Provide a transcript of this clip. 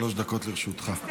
שלוש דקות לרשותך.